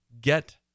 get